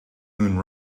moon